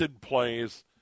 plays